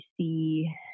see